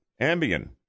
Ambien